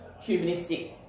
Humanistic